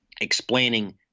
explaining